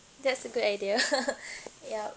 that's a good idea ya